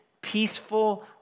peaceful